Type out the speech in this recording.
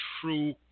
true